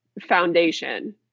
foundation